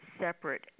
separate